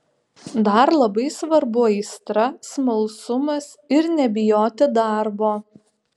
dar labai svarbu aistra smalsumas ir nebijoti darbo